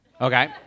Okay